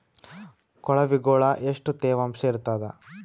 ಕೊಳವಿಗೊಳ ಎಷ್ಟು ತೇವಾಂಶ ಇರ್ತಾದ?